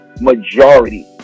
majority